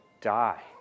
die